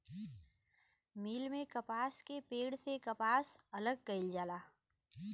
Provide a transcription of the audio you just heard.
मिल में कपास के पेड़ से कपास अलग कईल जाला